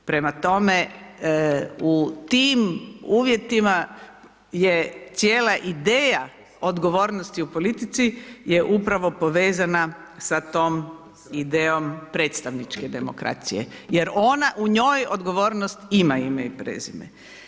Prema tome, u tim uvjetima je cijela ideja odgovornosti u politici je upravo povezana sa tom idejom predstavničke demokracije, jer ona, u njoj odgovornost ima ime i prezime.